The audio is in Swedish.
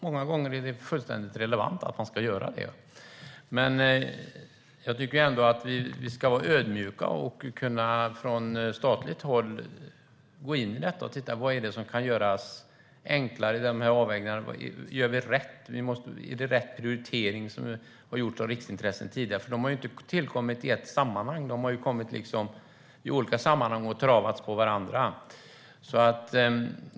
Många gånger är det fullständigt relevant att göra det. Jag tycker att vi ska vara ödmjuka och från statligt håll kunna gå in och titta på vad som kan göras enklare i de här avvägningarna. Gör vi rätt? Är det rätt prioritering av riksintressen som har gjorts tidigare? De har ju inte tillkommit i ett sammanhang. De har tillkommit i olika sammanhang och travats på varandra.